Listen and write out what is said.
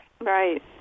Right